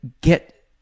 get